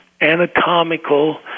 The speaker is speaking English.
anatomical